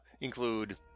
include